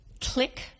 Click